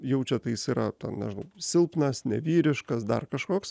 jaučia tai jis yra ten nežinau silpnas nevyriškas dar kažkoks